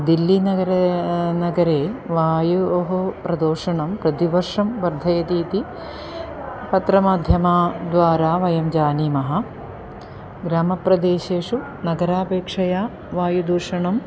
दिल्लीनगरस्य नगरे वायोः प्रदूषणं प्रतिवर्षं वर्धयति इति पत्रमाध्यमद्वारा वयं जानीमः ग्रामप्रदेशेषु नगरापेक्षया वायुदूषणम्